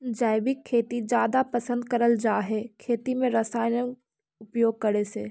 जैविक खेती जादा पसंद करल जा हे खेती में रसायन उपयोग करे से